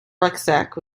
rucksack